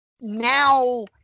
Now